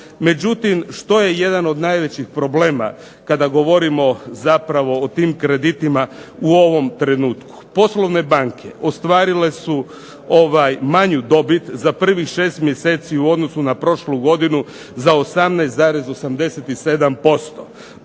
Međutim, što je jedan od najvećih problema kada govorimo o tim kreditima u ovom trenutku. Poslovne banke, ostvarile su ovaj manju dobit za prvih 6 mjeseci u odnosu na prošlu godinu za 18,87%,